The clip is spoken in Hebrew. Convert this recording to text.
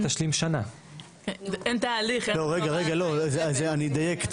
לא רגע אני אדייק,